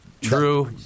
true